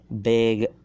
big